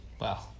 wow